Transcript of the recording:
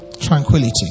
Tranquility